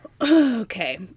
Okay